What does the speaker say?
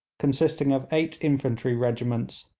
consisting of eight infantry regiments,